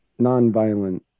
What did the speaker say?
nonviolent